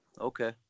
Okay